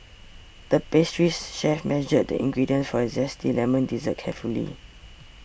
the pastries chef measured the ingredients for a Zesty Lemon Dessert carefully